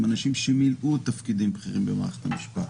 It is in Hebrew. עם אנשים שמילאו תפקידים בכירים במערכת המשפט,